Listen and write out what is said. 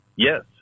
Yes